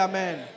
Amen